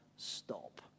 stop